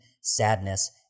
sadness